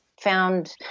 found